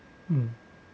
uh